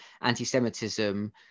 anti-Semitism